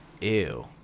Ew